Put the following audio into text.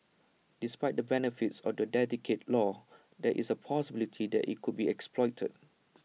despite the benefits of A dedicated law there is A possibility that IT could be exploited